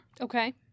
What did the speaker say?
Okay